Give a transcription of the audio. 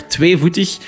Tweevoetig